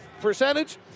percentage